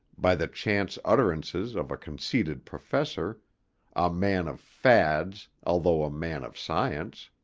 by the chance utterances of a conceited professor a man of fads, although a man of science.